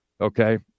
okay